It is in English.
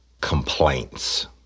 complaints